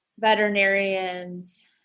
veterinarians